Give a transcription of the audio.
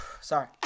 Sorry